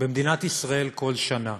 במדינת ישראל כל שנה,